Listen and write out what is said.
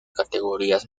categorías